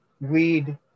weed